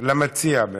למציע בעצם,